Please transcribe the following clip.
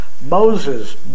Moses